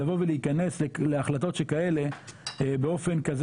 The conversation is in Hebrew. לבוא ולהיכנס להחלטות שכאלה באופן כזה